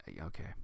Okay